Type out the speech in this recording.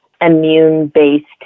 immune-based